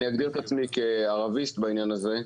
אני אגדיר את עצמי כערביסט בעניין הזה.